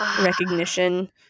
recognition